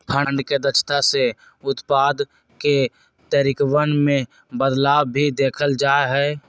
fund के दक्षता से उत्पाद के तरीकवन में बदलाव भी देखल जा हई